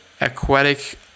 aquatic